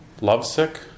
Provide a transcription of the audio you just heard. lovesick